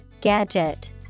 Gadget